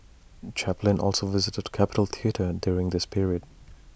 Chaplin also visited capitol theatre during this period